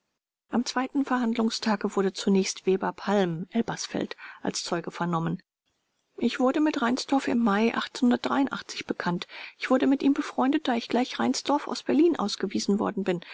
am zweiten verhandlungstage wurde zunächst weber palm elberfeld als zeuge vernommen ich wurde mit reinsdorf im mai bekannt ich wurde mit ihm befreundet da ich gleich reinsdorf aus berlin ausgewiesen worden bin